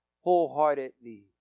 wholeheartedly